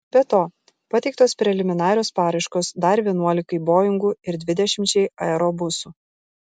be to pateiktos preliminarios paraiškos dar vienuolikai boingų ir dvidešimčiai aerobusų